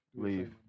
Leave